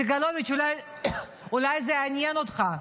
סגלוביץ', אולי זה יעניין אותך,